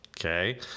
okay